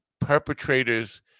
perpetrators